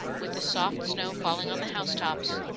with the soft snow falling on the housetops,